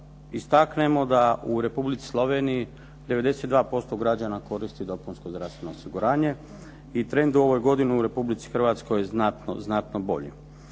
istaknemo da u Republici Sloveniji 92% građana koristi dopunsko zdravstveno osiguranje i trend u ovoj godini u Republici Hrvatskoj je znatno bolji.